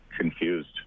confused